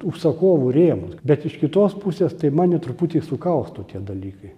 užsakovų rėmus bet iš kitos pusės tai mane truputį sukausto tie dalykai